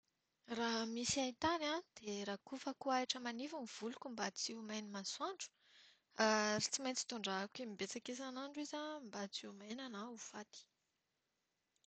Raha misy haintany an dia rakofako ahitra manify ny voliko mba tsy ho main'ny masoandro, ary tsy maintsy tondrahako imbetsaka isanandro izy mba tsy ho maina na ho faty.